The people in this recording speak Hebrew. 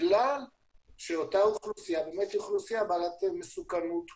בגלל שאותה אוכלוסייה היא אוכלוסייה בעלת מסוכנות גבוהה.